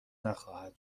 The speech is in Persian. نخواهد